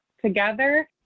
together